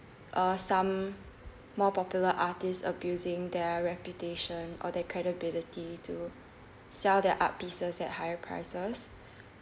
uh some more popular artists abusing their reputation or their credibility to sell their art pieces at higher prices